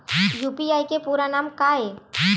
UPI के पूरा नाम का ये?